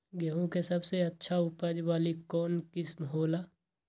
गेंहू के सबसे अच्छा उपज वाली कौन किस्म हो ला?